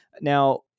Now